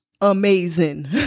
amazing